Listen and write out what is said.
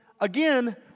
again